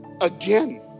again